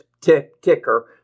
ticker